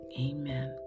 Amen